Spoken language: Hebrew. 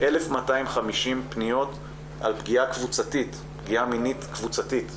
1,250 פניות על פניה מינית קבוצתית.